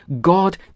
God